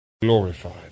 glorified